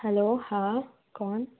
hello हाँ कौन